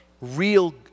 real